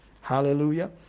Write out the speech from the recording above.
Hallelujah